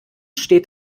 steht